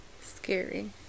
scary